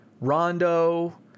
Rondo